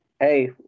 Hey